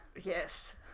yes